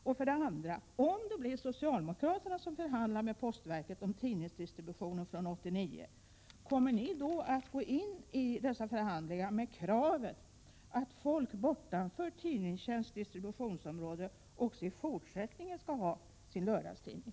Vidare: Om det blir socialdemokraterna som skall förhandla med postverket om tidningsdistributionen från år 1989, kommer ni då att gå in i dessa förhandlingar med kravet att människor utanför tidningstjänsts distributionsområde också i fortsättningen skall ha sin lördagstidning?